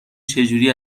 چجوری